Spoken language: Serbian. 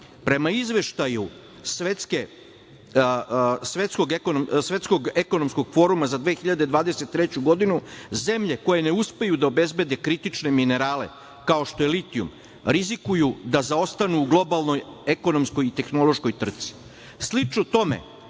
Prema Izveštaju Svetskog ekonomskog foruma za 2023. godinu, zemlje koje ne uspeju da obezbede kritične minerale, kao što je litijum, rizikuju da ostanu u globalnoj ekonomskoj i tehnološkoj trci. Slično tome,